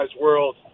world